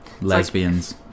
lesbians